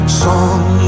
song